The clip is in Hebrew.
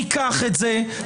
ניקח את זה.